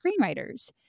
screenwriters